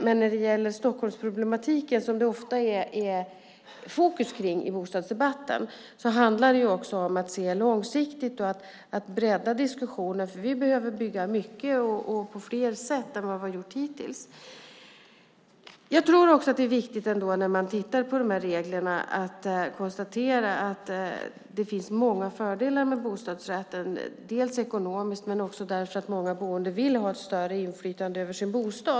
Men när det gäller Stockholmsproblematiken, som det ofta är fokus på i bostadsdebatten, handlar det om att se långsiktigt och att bredda diskussionen. Vi behöver bygga mycket och på fler sätt än vad vi har gjort hittills. Jag tror också att det är viktigt när man tittar på de här reglerna att konstatera att det finns många fördelar med bostadsrätten, ekonomiskt men också för att många boende vill ha ett större inflytande över sin bostad.